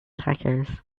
tacos